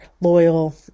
loyal